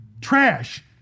Trash